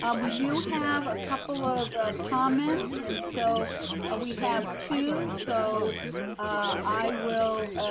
um we do have a couple of comments and so ah we have two, so i will,